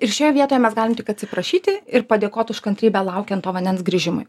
ir šioje vietoj mes galim tik atsiprašyti ir padėkot už kantrybę laukian to vandens grįžimui